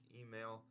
email